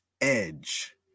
edge